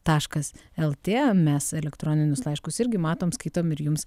taškas lt mes elektroninius laiškus irgi matom skaitom ir jums